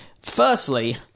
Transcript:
firstly